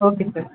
okay sir